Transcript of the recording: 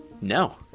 No